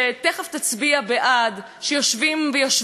שיושבים ויושבות בה נשים וגברים,